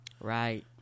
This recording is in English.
Right